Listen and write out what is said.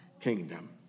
kingdom